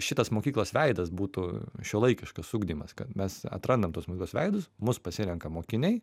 šitas mokyklos veidas būtų šiuolaikiškas ugdymas kad mes atrandam tuos mokyklos veidus mus pasirenka mokiniai